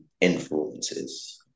influences